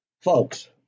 Folks